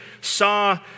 saw